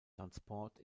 transport